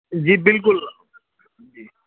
جی بالکل جی